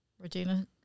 Regina